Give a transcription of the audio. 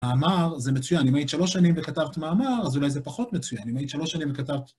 מאמר זה מצוין. אם היית שלוש שנים וכתבת מאמר, אז אולי זה פחות מצוין. אם היית שלוש שנים וכתבת...